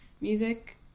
music